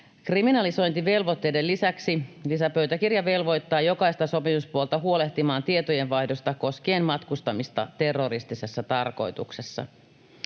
Kriminalisointivelvoitteiden lisäksi lisäpöytäkirja velvoittaa jokaista sopimuspuolta huolehtimaan tietojenvaihdosta koskien matkustamista terroristisessa tarkoituksessa.